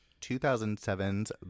2007's